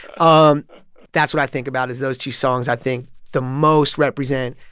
um that's what i think about is those two songs i think the most represent